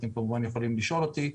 אתם כמובן יכולים לשאול אותי.